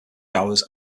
hours